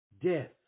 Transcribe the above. death